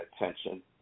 attention